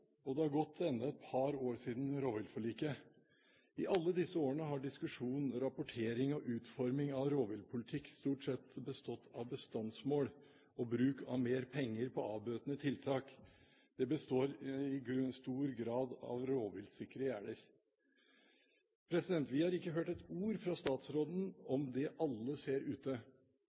og det er gått enda et par år til siden rovviltforliket. I alle disse årene har diskusjonen, rapporteringen og utformingen av rovviltpolitikk stort sett bestått av bestandsmål og bruk av mer penger på avbøtende tiltak. Den består i stor grad av rovviltsikre gjerder. Vi har ikke hørt et ord fra statsråden om det alle ser ute: